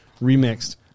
Remixed